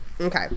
okay